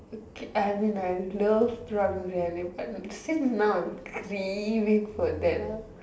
I mean I love programming but since now I'm dreaming for that lah